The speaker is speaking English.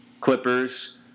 Clippers